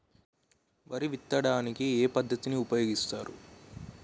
వరి విత్తడానికి ఏ పద్ధతిని ఉపయోగిస్తారు?